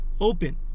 open